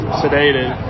sedated